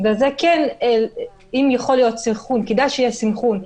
בגלל זה כדאי שיהיה סנכרון.